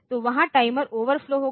तो वहाँ timer overflow होगा